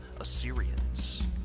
Assyrians